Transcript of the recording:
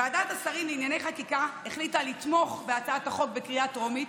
ועדת השרים לענייני חקיקה החליטה לתמוך בהצעת החוק בקריאה טרומית,